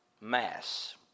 mass